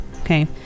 okay